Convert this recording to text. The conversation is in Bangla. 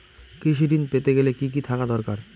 কৃষিঋণ পেতে গেলে কি কি থাকা দরকার?